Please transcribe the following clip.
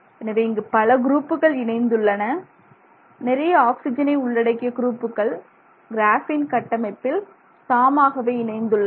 எனவே இங்கு பல குரூப்புகள் இணைந்துள்ளன நிறைய ஆக்சிஜனை உள்ளடக்கியுள்ள குரூப்புகள் கிராஃபீன் கட்டமைப்பில் தாமாகவே இணைந்துள்ளன